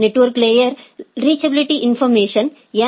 network layer reachability information N